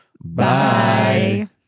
Bye